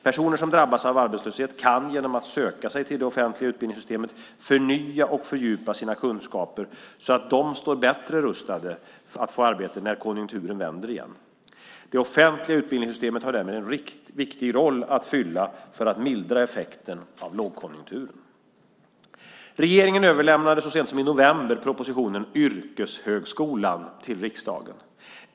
Personer som drabbas av arbetslöshet kan genom att söka sig till det offentliga utbildningssystemet förnya och fördjupa sina kunskaper så att de står bättre rustade att få arbete när konjunkturen vänder igen. Det offentliga utbildningssystemet har därmed en viktig roll att fylla för att mildra effekten av lågkonjunkturen. Regeringen överlämnade så sent som i november 2008 propositionen Yrkeshögskolan till riksdagen.